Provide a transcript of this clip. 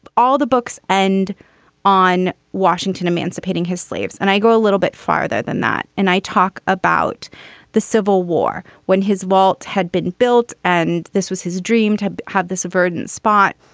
all the books and on washington emancipating his slaves. and i go a little bit farther than that. and i talk about the civil war when his wall had been built and this was his dream to have this verdant spot.